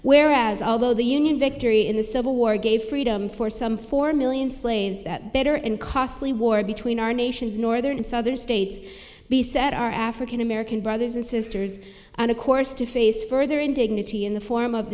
whereas although the union victory in the civil war gave freedom for some four million slaves that better and costly war between our nation's northern and southern states we set our african american brothers and sisters on a course to face further indignity in the form of